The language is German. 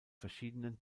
verschiedenen